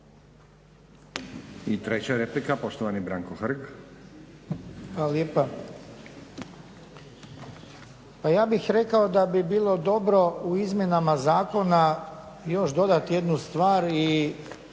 I treća replika, poštovani Branko Hrg. **Hrg, Branko (HSS)** Hvala lijepa. Pa ja bih rekao da bi bilo dobro u izmjenama zakona još dodati jednu stvar i